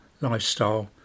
lifestyle